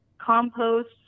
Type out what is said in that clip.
compost